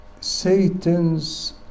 Satan's